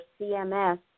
CMS